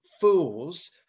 fools